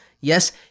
Yes